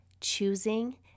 choosing